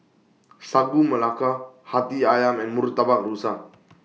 Sagu Melaka Hati Ayam and Murtabak Rusa